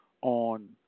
on